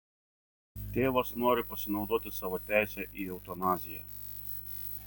tėvas nori pasinaudoti savo teise į eutanaziją